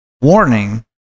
warning